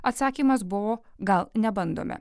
atsakymas buvo gal nebandome